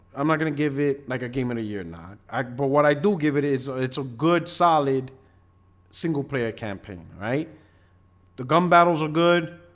i'm not gonna give it like a game in a year not i but what i do give it is it's a good solid single-player campaign, right the gum battles are good,